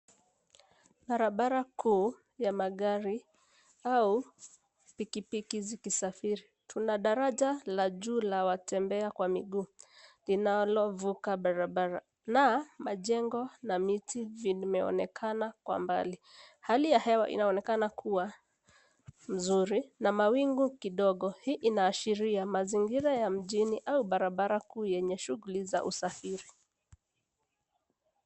Barabara kuu ya magari au pikipiki zikisafiri. Tuna daraja la juu la watembea kwa miguu, linalovuka barabara na majengo na miti vimeonekana kwa mbali. Hali ya hewa inaonekana kuwa mzuri na mawingu kidogo. Hili inaashiria mazingira ya mjini au barabara kuu yenye shughuli za usafiri.